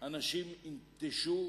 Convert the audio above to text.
אנשים ינטשו